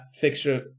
fixture